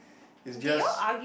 it's just